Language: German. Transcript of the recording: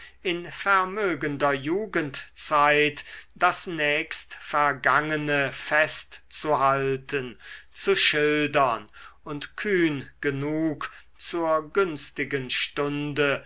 in vermögender jugendzeit das nächst vergangene festzuhalten zu schildern und kühn genug zur günstigen stunde